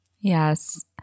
Yes